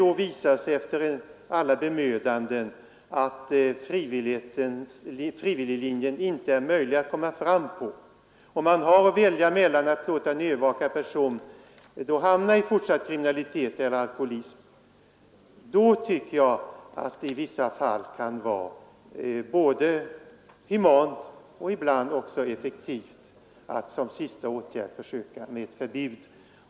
Men om det efter alla bemödanden visar sig att det inte är möjligt att komma fram på frivilliglinjen och att man har att välja mellan att låta övervakade personer hamna i fortsatt kriminalitet eller alkoholism och att utfärda ett förbud, tycker jag att det i vissa fall kan vara både humant och ibland också effektivt att som sista åtgärd försöka tillgripa ett förbud.